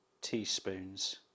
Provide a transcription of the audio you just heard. teaspoons